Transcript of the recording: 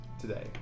today